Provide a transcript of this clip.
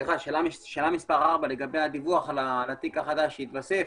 לגבי דיווח התיק החדש שהתווסף,